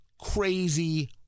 crazy